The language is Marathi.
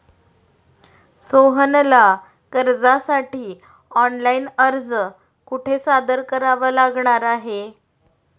सोहनला कर्जासाठी ऑनलाइन अर्ज कुठे सादर करावा लागणार आहे?